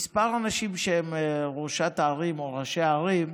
מספר הנשים שהן ראשי ערים הוא נמוך,